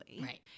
Right